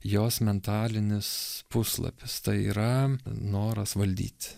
jos mentalinis puslapis tai yra noras valdyt